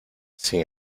sin